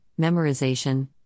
memorization